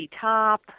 Top